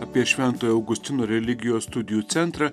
apie šventojo augustino religijos studijų centrą